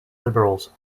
liberals